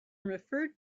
referred